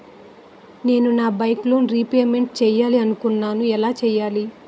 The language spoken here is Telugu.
నేను నా బైక్ లోన్ రేపమెంట్ చేయాలనుకుంటున్నా ఎలా చేయాలి?